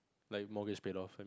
like mortgage paid off